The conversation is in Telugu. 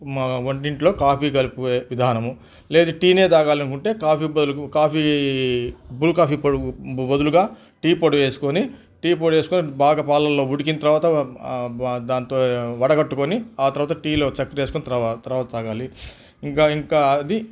మా వంటింట్లో కాఫీ కలుపుకునే విధానము లేదు టీనే తాగాలనుకుంటే కాఫీ బొదులు కాఫీ బ్రూ కాఫీ పొడికి బొదులుగా టీ పొడి వేసుకొని టీ పొడి వేసుకొని బాగా పాలల్లో ఉడికిన తరువాత దాంతో వడగట్టుకొని ఆ తరువాత టీలో చక్కెరేసుకొని తర్వా తర్వాత తాగాలి ఇంకా ఇంకా అది